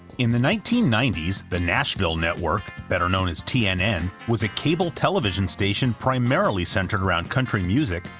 in the nineteen ninety s, the nashville network, better-known as tnn, was a cable television station primarily centered around country music,